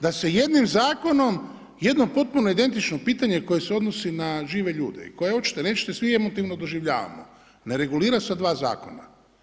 Da se jednim zakonom jedno potpuno identično pitanje koje se odnosi na žive ljude i koje očite-nećete svi emotivno doživljavamo ne regulira sa dva zakona.